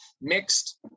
mixed